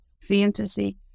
fantasy